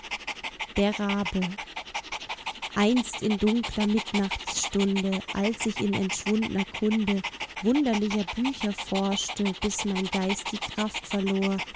der rabe einst in dunkler mittnachtstunde als ich in entschwundner kunde wunderlicher bücher forschte bis mein geist die kraft verlor